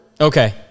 Okay